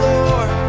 Lord